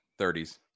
30s